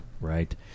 right